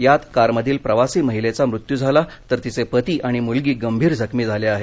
यात कारमधील प्रवासी महिलेचा मृत्यू झाला तर तिचे पती आणि मूलगी गंभीर जखमी झाले आहेत